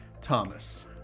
Thomas